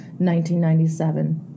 1997